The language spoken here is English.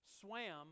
swam